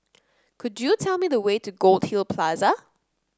could you tell me the way to Goldhill Plaza